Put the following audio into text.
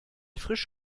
frisch